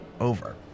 over